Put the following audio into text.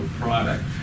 product